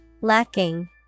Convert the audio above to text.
Lacking